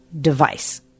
device